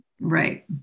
Right